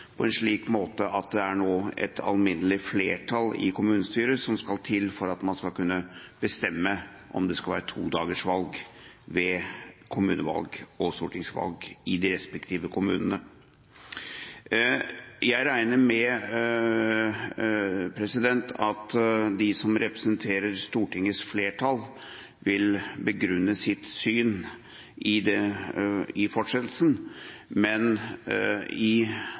på en slik måte at det nå er et alminnelig flertall i kommunestyret som skal til for at man skal kunne bestemme om det skal være todagers valg ved kommunevalg og stortingsvalg i de respektive kommunene. Jeg regner med at de som representerer Stortingets flertall, vil begrunne sitt syn i fortsettelsen, men